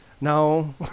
No